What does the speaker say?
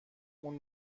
اون